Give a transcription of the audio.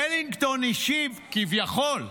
ולינגטון השיב, כביכול,